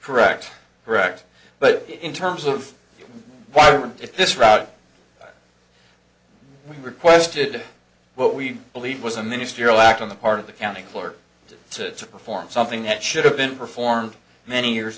correct correct but in terms of why if this route we requested what we believe was a ministerial act on the part of the county clerk to perform something that should have been performed many years